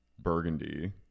burgundy